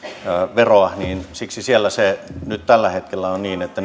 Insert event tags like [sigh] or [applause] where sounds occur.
veroa niin siksi siellä se nyt tällä hetkellä on niin että [unintelligible]